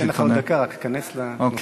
אני אתן לך עוד דקה, רק תיכנס לנושא.